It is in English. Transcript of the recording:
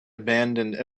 abandoned